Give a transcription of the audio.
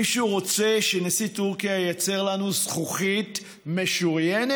מישהו רוצה שנשיא טורקיה ייצר לנו זכוכית משוריינת?